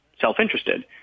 self-interested